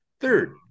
third